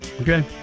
Okay